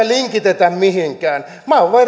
linkitetä mihinkään minä olen